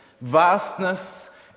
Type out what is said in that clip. Vastness